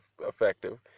effective